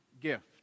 gift